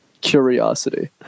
curiosity